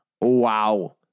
Wow